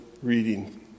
reading